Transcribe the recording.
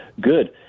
Good